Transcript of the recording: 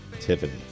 Tiffany